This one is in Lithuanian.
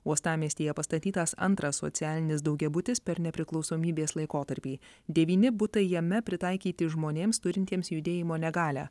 uostamiestyje pastatytas antras socialinis daugiabutis per nepriklausomybės laikotarpį devyni butai jame pritaikyti žmonėms turintiems judėjimo negalią